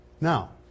Now